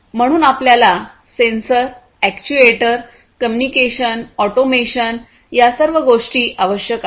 म्हणून आपल्याला sensor actuator communication automation या सर्व गोष्टी आवश्यक आहेत